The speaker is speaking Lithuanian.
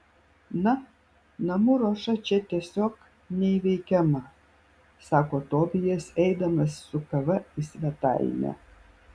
na namų ruoša čia tiesiog neįveikiama sako tobijas eidamas su kava į svetainę